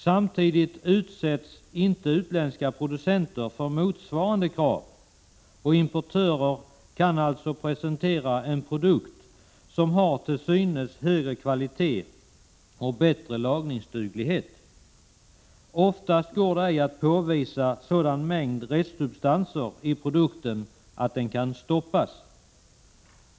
Samtidigt utsätts inte utländska producenter för motsvarande krav, och importören kan alltså presentera en produkt som har till synes högre kvalitet och bättre lagringsduglighet. Oftast går det ej att påvisa sådan mängd restsubstanser i produkten att den kan stoppas.